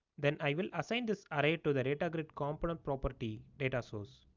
then i will assign this array to the data grid component property datasource.